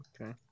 Okay